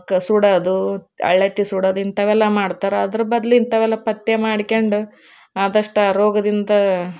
ಕ ಸುಡೋದು ಅಳೆತ್ತಿ ಸುಡೋದು ಇಂಥವೆಲ್ಲ ಮಾಡ್ತಾರೆ ಅದ್ರ ಬದಲು ಇಂಥವೆಲ್ಲ ಪಥ್ಯ ಮಾಡ್ಕೊಂಡು ಆದಷ್ಟು ಆ ರೋಗದಿಂದ